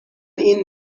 این